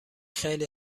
خیلی